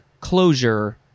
closure